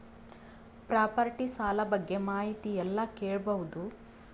Property ಸಾಲ ಬಗ್ಗೆ ಮಾಹಿತಿ ಎಲ್ಲ ಕೇಳಬಹುದು?